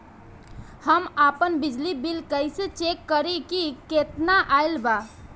हम आपन बिजली बिल कइसे चेक करि की केतना आइल बा?